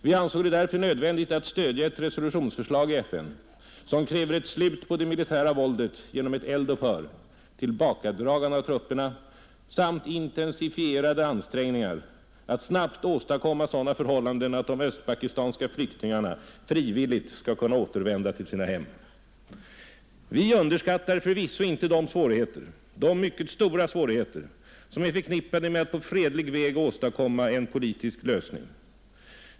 Vi ansåg det därför nödvändigt att stödja ett resolutionsförslag i FN som kräver ett slut på det militära våldet genom ett eld-upphör, tillbakadragande av trupperna samt intensifierade ansträngningar att snabbt åstadkomma sådana förhållan den, att de östpakistanska flyktingarna frivilligt skall kunna återvända till sina hem. Vi underskattar förvisso inte de svårigheter — de mycket stora svårigheter — som är förknippade med att på fredlig väg åstadkomma en politisk lösning.